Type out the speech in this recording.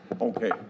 Okay